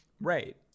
Right